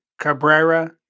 Cabrera